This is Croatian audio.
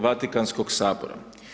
Vatikanskog sabora.